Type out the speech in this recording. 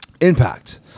impact